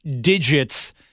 digits